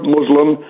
Muslim